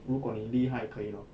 如果你厉害可以 lor